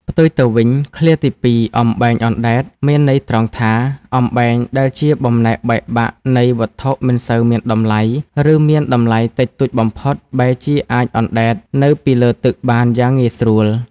ផ្ទុយទៅវិញ ឃ្លាទីពីរ "អំបែងអណ្ដែត" មានន័យត្រង់ថា អំបែងដែលជាបំណែកបែកបាក់នៃវត្ថុមិនសូវមានតម្លៃ ឬមានតម្លៃតិចតួចបំផុត បែរជាអាចអណ្ដែតនៅពីលើទឹកបានយ៉ាងងាយស្រួល។